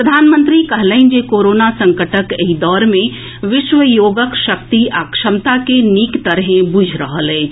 प्रधानमंत्री कहलनि जे कोरोना संकटक एहि दौर मे विश्व योगक शक्ति आ क्षमता के नीक तरहे बुझि रहल अछि